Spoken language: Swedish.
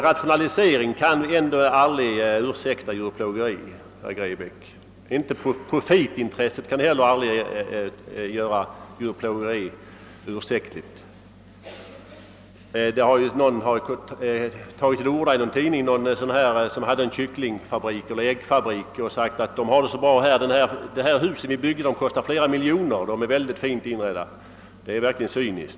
Rationaliseringssynpunkter kan aldrig ursäkta djurplågeri, herr Grebäck. Inte heller profitintresset kan någonsin göra djurplågeri ursäktligt. En ägare till en äggeller kycklingfabrik har förklarat att hans kycklingar har det så bra därför att den anläggning som han byggt för dem kostat flera miljoner kronor och är mycket fint inredd. Det är verkligen ett cyniskt uttalande.